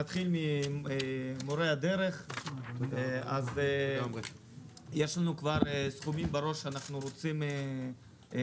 נתחיל ממורי הדרך יש לנו כבר סכומים בראש שאנחנו רוצים לתקצב.